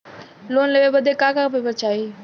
Loan लेवे बदे का का पेपर चाही?